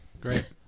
great